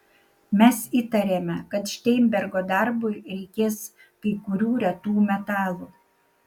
mes įtarėme kad šteinbergo darbui reikės kai kurių retų metalų